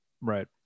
Right